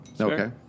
Okay